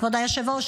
כבוד היושב-ראש,